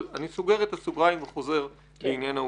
אבל אני סוגר את הסוגריים וחוזר לעניין האוטיסטים.